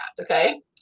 okay